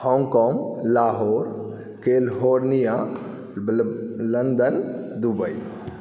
Hong Kong Lahore California London Dubai